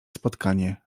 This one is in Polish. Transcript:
spotkanie